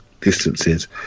distances